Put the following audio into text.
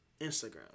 Instagram